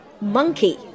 Monkey